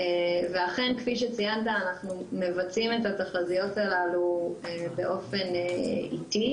ואכן כפי שציינת אנחנו מבצעים את התחזיות הללו באופן עיתי,